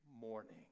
Morning